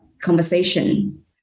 conversation